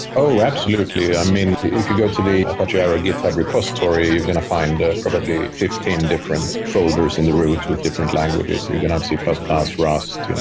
oh, absolutely. i mean, if you go to the apache or our github repository, you're going to find ah probably fifteen different folders in the routes with different languages. you're going to have c plus plus, rust, you know